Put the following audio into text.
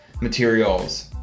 materials